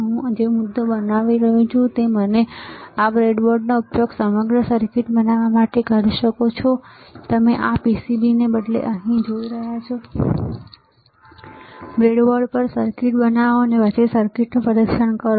હું જે મુદ્દો બનાવી રહ્યો છું તે એ છે કે તમે આ બ્રેડબોર્ડનો ઉપયોગ સમગ્ર સર્કિટ બનાવવા માટે કરી શકો છો જે તમે આ PCBને બદલે અહીં જોઈ રહ્યા છો બ્રેડબોર્ડ પર સર્કિટ બનાવો અને પછી સર્કિટનું પરીક્ષણ કરો